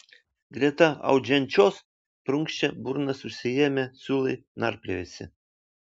greta audžiančios prunkščia burnas užsiėmę siūlai narpliojasi